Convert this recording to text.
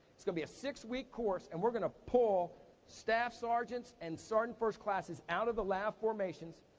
it's gonna be a six-week course, and we're gonna pull staff sergeants and sergeant first classes out of the lav formations,